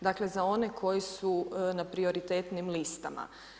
Dakle za one koji su na prioritetnim listama.